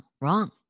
wrong